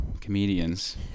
comedians